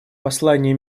послание